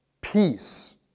peace